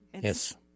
Yes